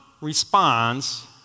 responds